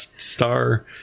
star